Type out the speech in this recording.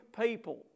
people